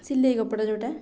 ସିଲେଇ କପଡ଼ା ଯେଉଁଟା